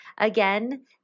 Again